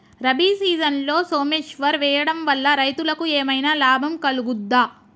రబీ సీజన్లో సోమేశ్వర్ వేయడం వల్ల రైతులకు ఏమైనా లాభం కలుగుద్ద?